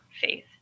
faith